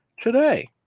today